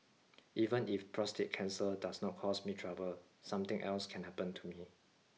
even if prostate cancer does not cause me trouble something else can happen to me